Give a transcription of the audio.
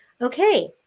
Okay